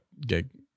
gig